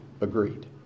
agreed